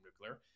nuclear